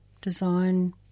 Design